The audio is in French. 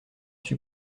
suis